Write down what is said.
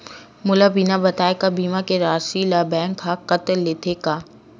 मोला बिना बताय का बीमा के राशि ला बैंक हा कत लेते का?